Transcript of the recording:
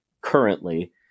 currently